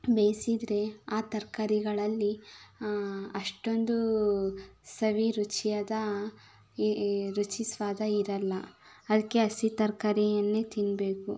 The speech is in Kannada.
ಬೇಯಿಸಿದ್ರೆ ಆ ತರಕಾರಿಗಳಲ್ಲಿ ಅಷ್ಟೊಂದು ಸವಿರುಚಿಯಾದ ರುಚಿ ಸ್ವಾದ ಇರೋಲ್ಲ ಅದಕ್ಕೆ ಹಸಿ ತರಕಾರಿಯನ್ನೇ ತಿನ್ನಬೇಕು